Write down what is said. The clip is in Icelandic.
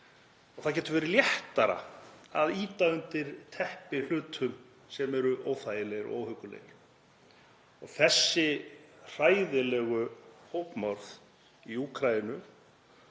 Það getur verið léttara að sópa undir teppi hlutum sem eru óþægilegir og óhuggulegir. Þessi hræðilegu hópmorð í Úkraínu